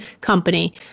company